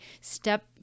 step